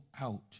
out